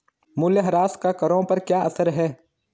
मूल्यह्रास का करों पर क्या असर है?